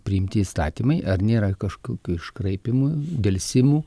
priimti įstatymai ar nėra kažkokių iškraipymų delsimų